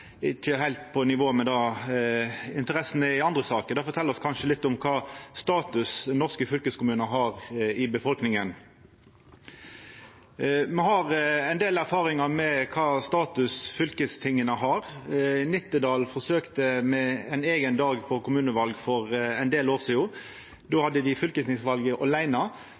ikkje heilt på nivå med interessa i andre saker. Det fortel oss kanskje litt om kva status norske fylkeskommunar har i befolkninga. Me har ein del erfaringar med kva status fylkestinga har. Nittedal forsøkte med ein eigen dag for kommuneval for ein del år sidan. Då hadde dei